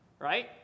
right